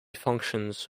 functions